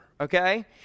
Okay